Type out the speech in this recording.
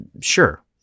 sure